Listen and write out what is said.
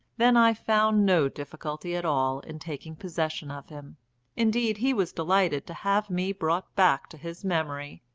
then i found no difficulty at all in taking possession of him indeed he was delighted to have me brought back to his memory,